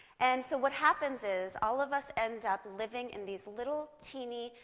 and so what happens is all of us end up living in these little, teeny,